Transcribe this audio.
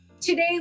Today